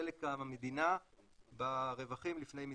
חלק המדינה ברווחים לפני מיסים.